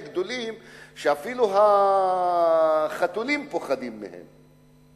גדולים שאפילו החתולים פוחדים מהם,